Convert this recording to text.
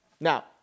Now